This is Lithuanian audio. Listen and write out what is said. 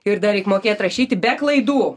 ir dar reik mokėt rašyti be klaidų